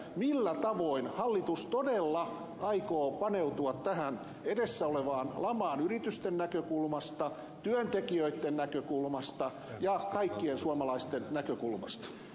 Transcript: millä tavoin hallitus todella aikoo paneutua tähän edessä olevaan lamaan yritysten näkökulmasta työntekijöitten näkökulmasta ja kaikkien suomalaisten näkökulmasta